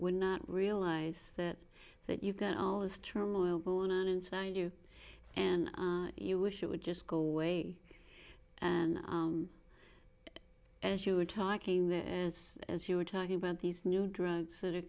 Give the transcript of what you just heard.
would not realize that that you've got all this turmoil going on inside you and you wish it would just go away and as you were talking there as you were talking about these new drugs that are